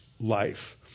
life